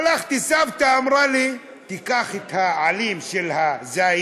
הלכתי, סבתא אמרה לי: תיקח את העלים של הזית,